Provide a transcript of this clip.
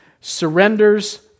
surrenders